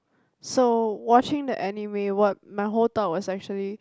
so watching the anime wo~ my whole thought was actually